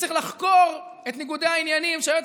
צריך לחקור את ניגודי העניינים שהיועץ